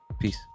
Peace